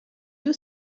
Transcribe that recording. you